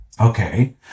Okay